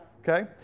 Okay